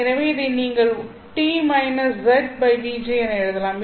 எனவே இதை நீங்கள் t zvg என எழுதலாம்